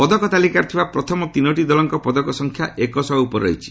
ପଦକ ତାଲିକାରେ ଥିବା ପ୍ରଥମ ତିନୋଟି ଦଳଙ୍କ ପଦକ ସଂଖ୍ୟା ଏକଶହ ଉପରେ ରହିଛି